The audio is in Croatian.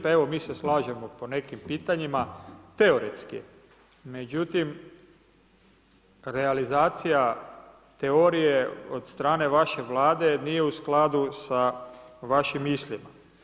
Pa evo, mi se slažemo po nekim pitanjima, teoretski, međutim, kada realizacija teorije od strane vaše vlade, nije u skladu sa vašim mislima.